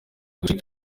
gucika